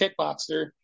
kickboxer